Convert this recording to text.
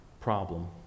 problem